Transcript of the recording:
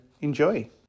enjoy